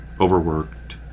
overworked